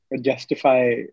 justify